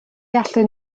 allwn